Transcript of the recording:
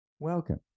Welcome